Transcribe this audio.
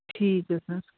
ਠੀਕ ਹੈ ਸਰ